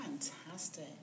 Fantastic